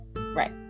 Right